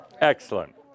Excellent